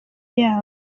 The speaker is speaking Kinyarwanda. yabo